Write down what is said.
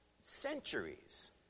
Centuries